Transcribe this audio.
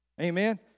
Amen